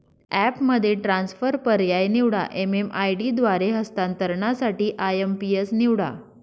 ॲपमध्ये ट्रान्सफर पर्याय निवडा, एम.एम.आय.डी द्वारे हस्तांतरणासाठी आय.एम.पी.एस निवडा